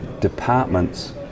departments